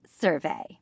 survey